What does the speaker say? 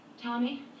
Tommy